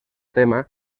tema